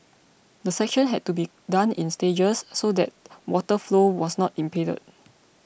the section had to be done in stages so that water flow was not impeded